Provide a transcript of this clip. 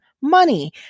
money